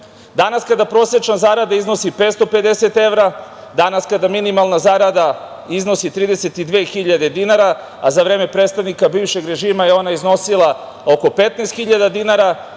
kada prosečna zarada iznosi 550 evra, danas kada minimalna zarada iznosi 32 hiljade dinara, a za vreme predstavnika bivšeg režima je iznosila oko 15 hiljada dinara,